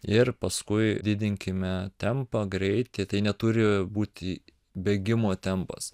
ir paskui didinkime tempą greitį tai neturi būti bėgimo tempas